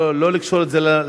לא לקשור את זה לנמשל.